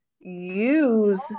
use